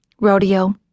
Rodeo